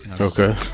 Okay